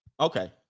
Okay